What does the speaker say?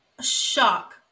Shock